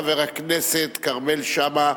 חבר הכנסת כרמל שאמה,